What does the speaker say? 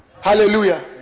Hallelujah